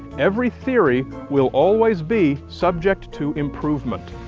every theory will always be subject to improvement.